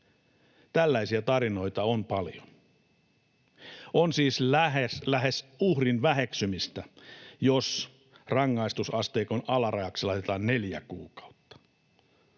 Tällaisia tarinoita on paljon. On siis lähes uhrin väheksymistä, jos rangaistusasteikon alarajaksi laitetaan neljä kuukautta.